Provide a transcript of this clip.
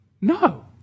No